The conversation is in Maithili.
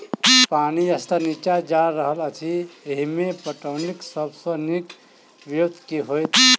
पानि स्तर नीचा जा रहल अछि, एहिमे पटौनीक सब सऽ नीक ब्योंत केँ होइत?